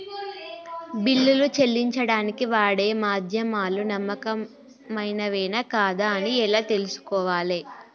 బిల్లులు చెల్లించడానికి వాడే మాధ్యమాలు నమ్మకమైనవేనా కాదా అని ఎలా తెలుసుకోవాలే?